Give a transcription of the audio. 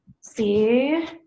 see